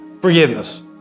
Forgiveness